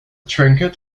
trinket